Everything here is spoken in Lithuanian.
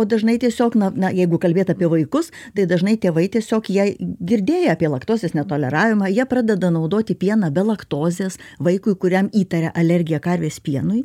o dažnai tiesiog na na jeigu kalbėt apie vaikus tai dažnai tėvai tiesiog jei girdėję apie laktozės netoleravimą jie pradeda naudoti pieną be laktozės vaikui kuriam įtaria alergiją karvės pienui